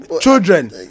Children